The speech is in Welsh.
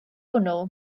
hwnnw